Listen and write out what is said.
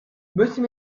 müssen